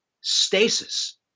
stasis